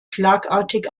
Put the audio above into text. schlagartig